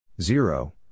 Zero